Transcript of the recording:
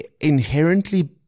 inherently